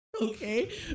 Okay